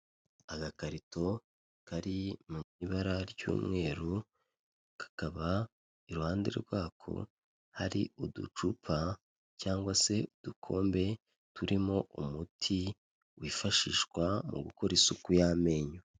Agakarito kari mu ibara ry'umweru, kakaba iruhande rwako hari uducupa cyangwa se udukombe turimo umuti wifashishwa mu gukora isuku y'amenyo.